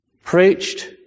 Preached